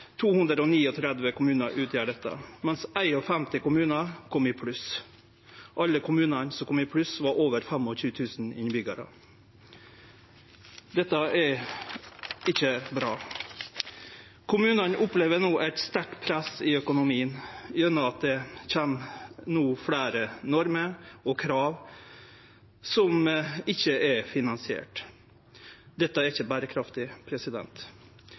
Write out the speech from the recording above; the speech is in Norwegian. kommunar, mens 51 kommunar kom i pluss. Alle kommunane som kom i pluss, hadde over 25 000 innbyggjarar. Dette er ikkje bra. Kommunane opplever no eit sterkt press i økonomien gjennom at det kjem fleire normer og krav som ikkje er finansierte. Dette er ikkje berekraftig.